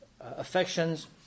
affections